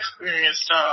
experienced